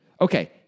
Okay